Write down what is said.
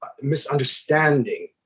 misunderstanding